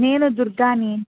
నేను దుర్గాని